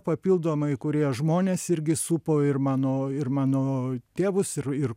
papildomai kurie žmonės irgi supo ir mano ir mano tėvus ir ir